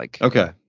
Okay